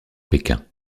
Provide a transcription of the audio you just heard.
pékin